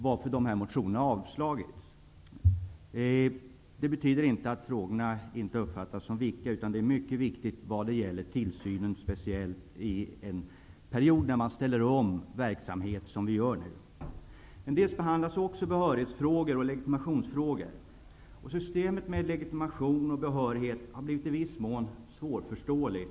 Därför har dessa motioner avstyrkts. Det betyder inte att frågorna inte uppfattas som viktiga, utan speciellt tillsynen är mycket viktig under en period då man ställer om verksamhet på det sätt som nu sker. Även frågor om behörighet och legitimation behandlas. Systemet med legitimation och behörighet har i viss mån blivit svårförståeligt.